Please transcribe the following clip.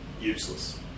Useless